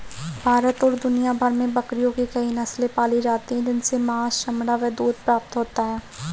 भारत और दुनिया भर में बकरियों की कई नस्ले पाली जाती हैं जिनसे मांस, चमड़ा व दूध प्राप्त होता है